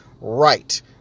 Right